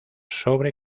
sobre